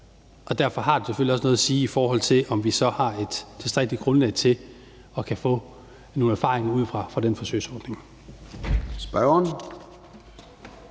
Derfor har det selvfølgelig også noget at sige, i forhold til om vi så har et tilstrækkeligt grundlag til at kunne få nogle erfaringer ud fra den forsøgsordning.